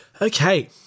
Okay